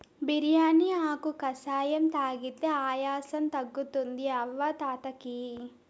బిర్యానీ ఆకు కషాయం తాగితే ఆయాసం తగ్గుతుంది అవ్వ తాత కియి